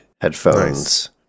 headphones